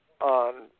on